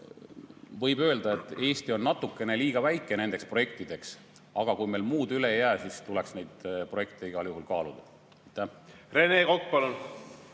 Võib öelda, et Eesti on natukene liiga väike nendeks projektideks, aga kui meil muud üle ei jää, siis tuleks neid projekte igal juhul kaaluda.